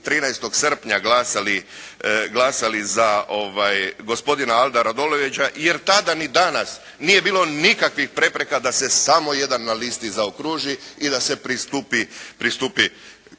13. srpnja glasali za gospodina Alda Radolovića jer tada ni danas nije bilo nikakvih prepreka da se samo jedan na listi zaokruži i da se pristupi